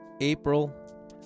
April